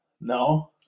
No